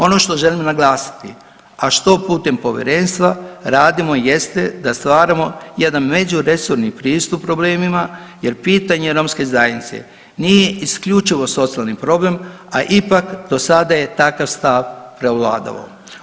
Ono što želim naglasiti a što putem povjerenstva radimo jeste da stvaramo jedan međuresorni pristup problemima, jer pitanje romske zajednice nije isključivo socijalni problem, a ipak do sada je takav stav prevladao.